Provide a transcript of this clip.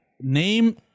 Name